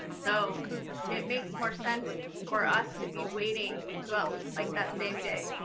so it makes more sense for us to be waiting to um like that same day.